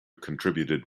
contributed